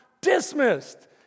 Dismissed